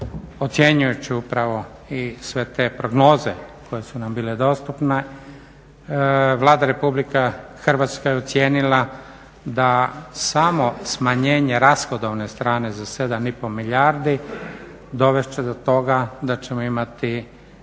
ocjenjujući upravo i sve te prognoze koje su nam bile dostupne Vlada Republike Hrvatske je ocijenila da samo smanjenje rashodovne strane za 7,5 milijardi dovest će do toga da ćemo imati